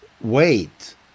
wait